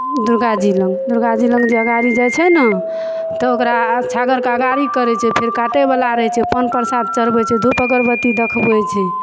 दुर्गा जी लग दुर्गा जी लग जे अगारी जाइ छै ने तऽ ओकरा छागरके अगारी करय छै फेर काटयवला रहय छै पान प्रसाद चढ़बय छै धुप अगरबत्ती देखबय छै